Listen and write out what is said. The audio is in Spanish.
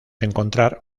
encontrar